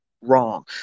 wrong